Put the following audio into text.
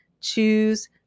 choose